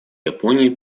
японии